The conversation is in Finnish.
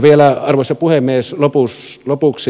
vielä arvoisa puhemies lopuksi